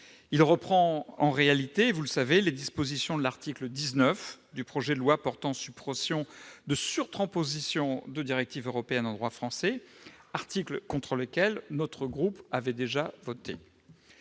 Il reprend en réalité les dispositions de l'article 19 du projet de loi portant suppression de surtranspositions de directives européennes en droit français, article contre lequel notre groupe avait déjà voté.